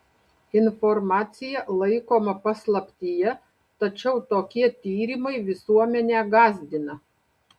informacija laikoma paslaptyje tačiau tokie tyrimai visuomenę gąsdina